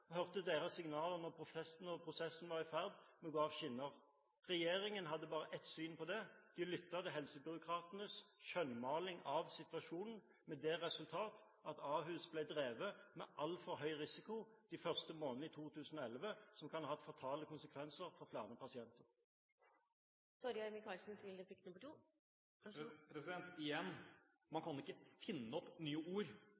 prosessen var i ferd med å gå av skinnene. Regjeringen hadde bare ett syn på dette: Den lyttet til helsebyråkratenes skjønnmaling av situasjonen, med det resultat at Ahus ble drevet med altfor høy risiko de første månedene i 2011, noe som kan ha hatt fatale konsekvenser for flere pasienter. Igjen – man kan ikke finne opp nye ord